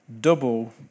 double